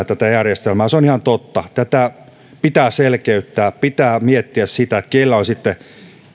tätä järjestelmää pidetään monimutkaisena on ihan totta tätä pitää selkeyttää pitää miettiä sitä kenellä on sitten